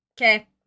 Okay